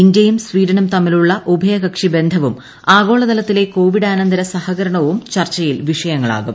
ഇന്ത്യയും സ്വീഡനും തമ്മിലുള്ള ഉഭയകക്ഷി ബന്ധവും ആഗോളതലത്തിലെ കോവിഡാനന്തര സഹകരണവും ചർച്ചയിൽ വിഷയങ്ങളാകും